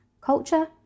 culture